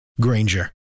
Granger